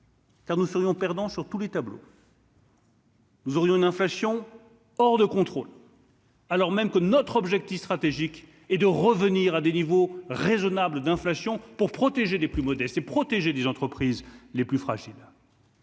Car nous serions perdants sur tous les tableaux. Nous aurions une inflation hors de contrôle. Alors même que notre objectif stratégique et de revenir à des niveaux raisonnables d'inflation pour protéger les plus modestes et protéger des entreprises les plus fragiles.